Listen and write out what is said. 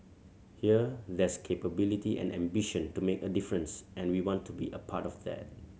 here there's capability and ambition to make a difference and we want to be a part of that